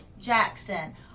Jackson